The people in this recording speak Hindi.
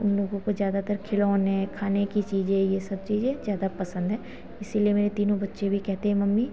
उन लोगों को ज़्यादातर खिलौने खाने की चीज़ें यह सब चीज़ें ज़्यादा पसन्द हैं इसीलिए मेरे तीनों बच्चे भी कहते हैं मम्मी